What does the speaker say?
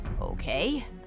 Okay